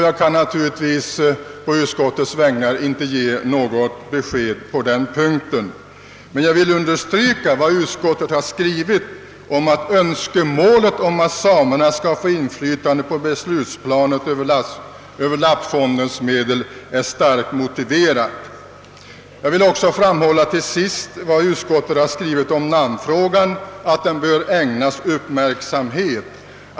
Jag kan naturligtvis inte på utskottets vägnar ge något besked på den punkten. Jag vill dock understryka vad utskottet har skrivit, att önskemålet om att samerna skall få inflytande på beslutsplanet över lappfondens medel är starkt motiverat. Jag vill också till sist framhålla att utskottet har skrivit att namnfrågan bör ägnas uppmärksamhet.